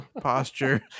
posture